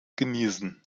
genießen